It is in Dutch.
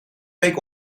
week